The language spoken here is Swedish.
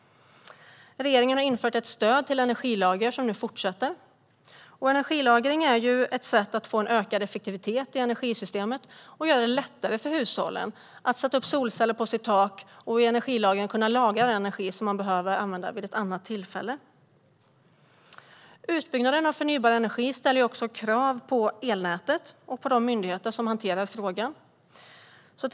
Regeringen har infört ett stöd till energilager som nu fortsätter. Energilagring är ett sätt att få ökad effektivitet i energisystemet och att göra det lättare för hushållen att sätta upp solceller på sitt tak och genom energilagring kunna lagra den energi som man behöver använda vid ett annat tillfälle. Utbyggnaden av förnybar energi ställer också krav på elnätet och på de myndigheter som hanterar frågan.